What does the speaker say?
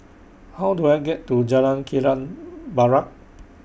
How Do I get to Jalan Kilang Barat